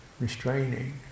restraining